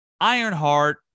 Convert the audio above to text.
Ironheart